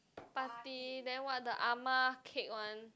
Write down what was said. party then what the Ah-Ma cake one